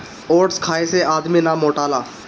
oats खाए से आदमी ना मोटाला